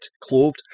clothed